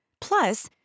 Plus